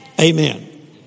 Amen